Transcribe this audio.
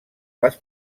les